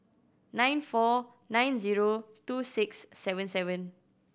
nine four nine zero two six seven seven